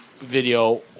video